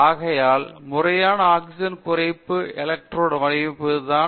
ஆகையால் முறையான ஆக்ஸிஜன் குறைப்பு எலக்ட்ரோடு வடிவமைப்பது இங்குதான்